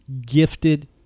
gifted